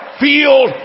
field